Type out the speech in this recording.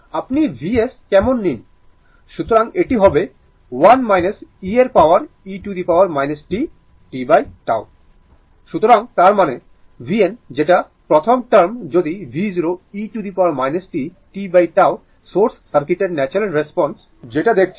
সুতরাং এটি হবে 1 e এর পাওয়ার e t tτ সুতরাং তার মানে vn যেটা প্রথম টার্ম যদি v0 e t tτ source সার্কিটের ন্যাচারাল রেসপন্স যেটা দেখেছি